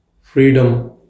freedom